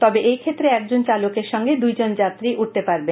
তবে এই ক্ষেত্রে একজন চালকের সঙ্গে দুইজন যাত্রী উঠতে পারবে